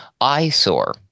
eyesore